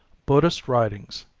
buddhist writings.